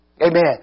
Amen